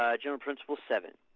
ah general principle seven.